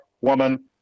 woman